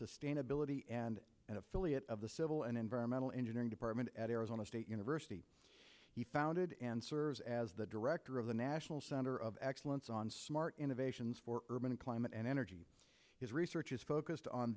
sustainability and an affiliate of the civil and environmental engineering department at arizona state university he founded and serves as the director of the national center of excellence on smart innovations for urban climate and energy his research is focused on